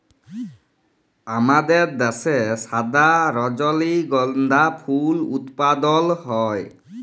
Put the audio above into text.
আমাদের দ্যাশে সাদা রজলিগন্ধা ফুল উৎপাদল হ্যয়